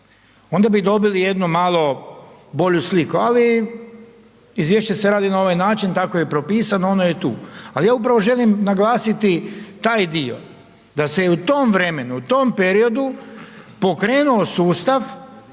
Onda bi dobili jednu malo bolju sliku, ali izvješće se radi na ovaj način, tako je propisano ono je tu. Ali je upravo želim naglasiti taj dio, da se je u tom vremenu u tom periodu pokrenuo sustav,